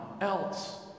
else